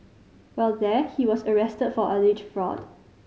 while there he was arrested for alleged fraud